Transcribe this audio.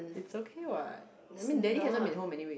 it's okay what I mean daddy hasn't been home anyway